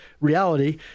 reality